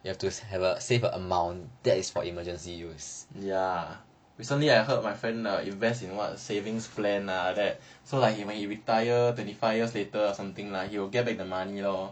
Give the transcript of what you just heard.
you have to have a save a amount that is for emergency use